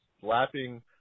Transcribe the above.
slapping